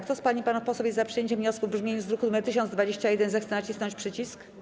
Kto z pań i panów posłów jest za przyjęciem wniosku w brzmieniu z druku nr 1021, zechce nacisnąć przycisk.